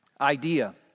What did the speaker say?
idea